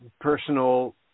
personal